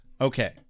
Okay